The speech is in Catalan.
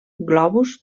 globus